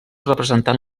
representant